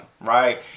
right